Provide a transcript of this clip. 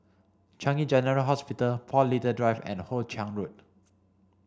Changi General Hospital Paul Little Drive and Hoe Chiang Road